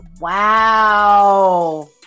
Wow